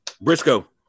Briscoe